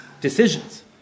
decisions